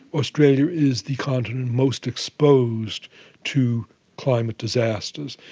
australia is the continent most exposed to climate disasters,